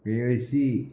केळशी